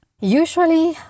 Usually